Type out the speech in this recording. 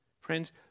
Friends